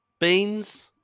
beans